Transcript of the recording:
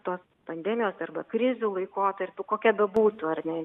tuo pandemijos arba krizių laikotarpiu kokia bebūtų ar ne